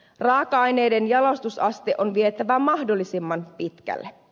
raaka aineiden jalostusaste on vietävä mahdollisimman pitkälle